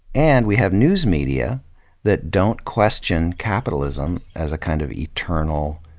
and we have news media that don't question capitalism as a kind of eternal,